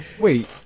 Wait